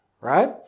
right